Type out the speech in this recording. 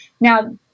Now